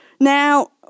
Now